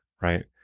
Right